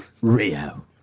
Rio